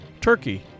Turkey